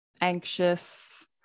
anxious